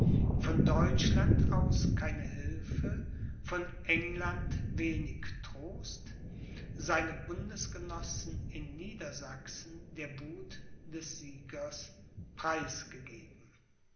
von deutschland aus keine hilfe von england wenig trost seine bundesgenossen in niedersachsen der wuth des siegers preisgegeben